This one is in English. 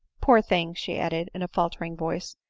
poor thing! she added in a faltering voice,